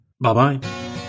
Bye-bye